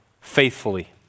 faithfully